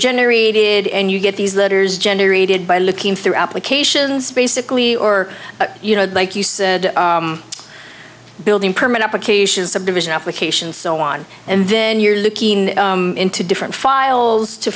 generated and you get these letters generated by looking through applications basically or you know like you said building permit applications subdivision applications so on and then you're looking into different files to